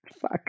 Fuck